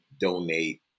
donate